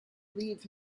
leave